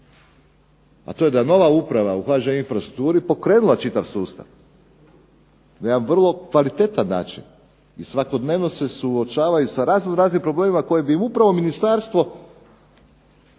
a to je da nova uprava u HŽ infrastrukturi pokrenula čitav sustav, na jedan vrlo kvalitetan način, i svakodnevno se suočava i sa razno raznim problemima koje bi upravo ministarstvo